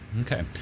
Okay